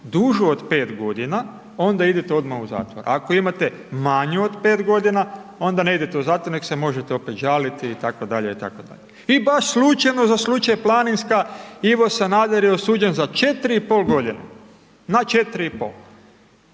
dužu od 5.g., onda idete odmah u zatvor, ako imate manju od 5.g. onda ne idete u zatvor, nego se možete opet žaliti itd., itd. I baš slučajno za slučaj Planinska Ivo Sanader je osuđen za 4,5.g., na 4,5,